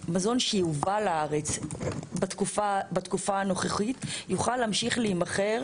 מזון שיובא לארץ בתקופה הנוכחית יוכל להמשיך להימכר